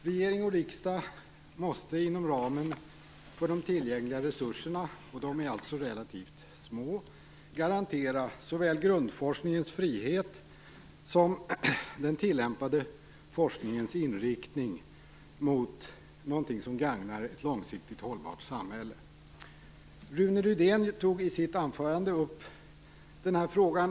Regering och riksdag måste inom ramen för de tillgängliga resurserna - och de är alltså relativt små - garantera såväl grundforskningens frihet som den tillämpade forskningens inriktning mot något som gagnar ett långsiktigt hållbart samhälle. Rune Rydén tog i sitt anförande upp den här frågan.